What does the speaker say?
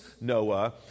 Noah